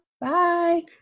bye